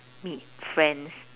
meet friends